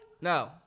No